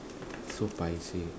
so paiseh